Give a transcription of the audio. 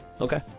Okay